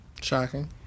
Shocking